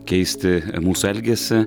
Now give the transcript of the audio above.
keisti mūsų elgesį